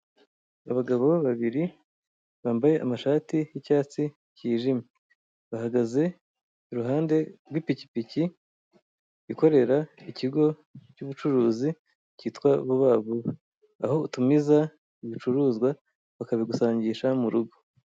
Abagabo babiri bambaye amashati yicyatsi cyijimye, bahagaze iruhande rw'pikipiki ikorera ikigo cyubucuruzi cyitwa vuba vuba, aho utumiza ibicuruzwa bakabigusangisha murugo.